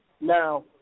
Now